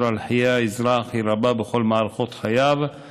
על חיי האזרח היא רבה בכל מערכות חייו,